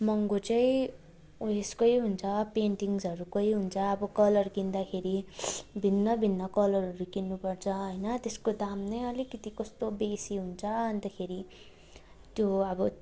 महँगो चाहिँ उएसकै हुन्छ पेन्टिङ्सहरूकै हुन्छ अब कलर किन्दाखेरि भिन्नभिन्न कलरहरू किन्नुपर्छ होइन त्यसको दाम नै अलिकति कस्तो बेसी हुन्छ अन्तखेरि त्यो अब